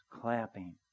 clapping